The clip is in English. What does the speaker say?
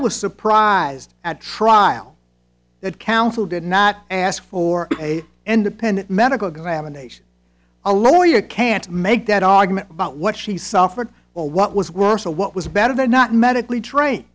was surprised at trial that counsel did not ask for and dependent medical examination a lawyer can't make that argument about what she suffered or what was worse or what was better than not medically